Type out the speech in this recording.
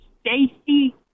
Stacy